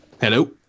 Hello